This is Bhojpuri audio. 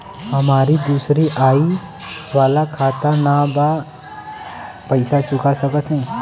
हमारी दूसरी आई वाला खाता ना बा पैसा चुका सकत हई?